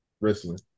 wrestling